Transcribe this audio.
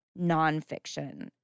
nonfiction